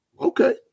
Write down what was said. okay